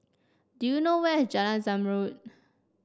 do you know where is Jalan Zamrud